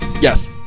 Yes